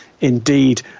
indeed